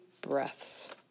breaths